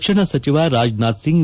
ರಕ್ಷಣಾ ಸಚಿವ ರಾಜನಾಥ್ಸಿಂಗ್